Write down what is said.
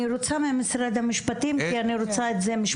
אני רוצה תשובות ממשרד המשפטים כי אני רוצה את התשובה משפטית.